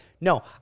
no